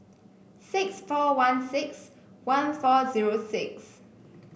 six four one six one four zero six